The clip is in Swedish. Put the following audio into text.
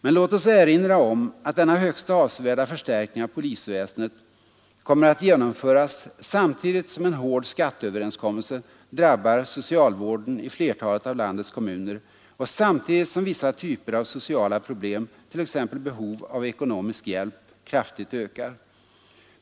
Men låt oss erinra om att denna högst avsevärda förstärkning av polisväsendet kommer att genomföras samtidigt som en hård skatteöverenskommelse drabbar socialvården i flertalet av landets kommuner och samtidigt som vissa typer av sociala problem, t.ex. behov av ekonomisk hjälp, kraftigt ökar.